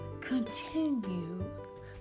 continue